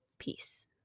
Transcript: Peace